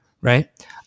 right